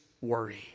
worry